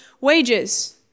wages